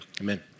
Amen